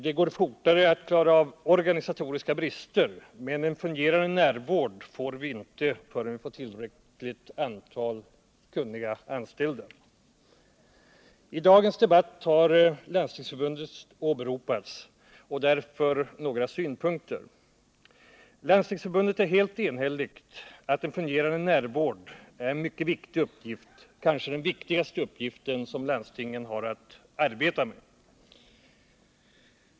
Det går fortare att klara av organisatoriska brister. En fungerande närvård blir det nog inte förrän vi får ett tillräckligt antal kunniga anställda. I dagens debatt har Landstingsförbundet åberopats och därför vill jag anlägga några synpunkter. Landstingsförbundet är helt enigt om att en fungerande närvård är mycket viktig, kanske landstingens viktigaste uppgift.